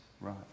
Right